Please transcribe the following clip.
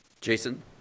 Jason